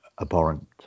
abhorrent